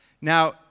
Now